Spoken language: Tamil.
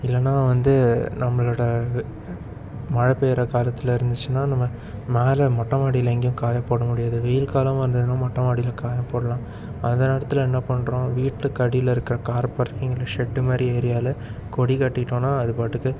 இல்லைன்னா வந்து நம்மளோட மழை பெய்கிற காலத்தில் இருந்துச்சுன்னா நம்ம மேலே மொட்டை மாடியில் எங்கேயும் காயை போட முடியாது வெயில் காலமாக இருந்ததுன்னா மொட்டை மாடியில் காயை போடலாம் அந்த நேரத்தில் என்ன பண்ணுறோம் வீட்டுக்கு அடியில் இருக்கற கார்பார்க்கிங்கில் ஷெட்டு மாதிரி ஏரியாவில் கொடி கட்டிட்டோம்னா அது பாட்டுக்கு